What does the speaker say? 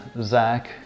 zach